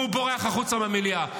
והוא בורח החוצה מהמליאה.